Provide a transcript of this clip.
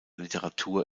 literatur